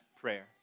prayer